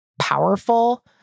powerful